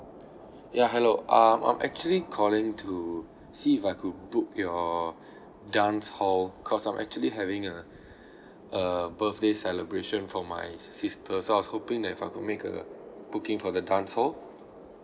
ya hello um I'm actually calling to see if I could book your dance hall cause I'm actually having a a birthday celebration for my sister so I was hoping that if I could make a booking for the dance hall